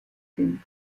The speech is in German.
sind